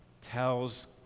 tells